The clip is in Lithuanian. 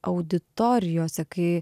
auditorijose kai